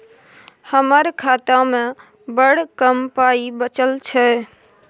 हमर खातामे बड़ कम पाइ बचल छै